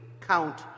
count